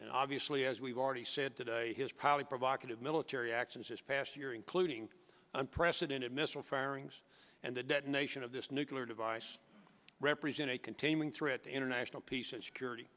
and obviously as we've already said today his probably provocative military actions this past year including unprecedented missile firings and the detonation of this nuclear device represent a continuing threat to international peace and security